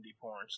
porn